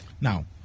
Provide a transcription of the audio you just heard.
Now